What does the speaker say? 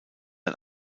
ein